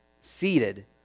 seated